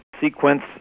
sequence